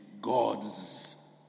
gods